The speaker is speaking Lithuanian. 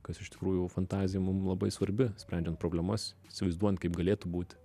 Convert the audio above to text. kas iš tikrųjų fantazija mum labai svarbi sprendžiant problemas įsivaizduojant kaip galėtų būti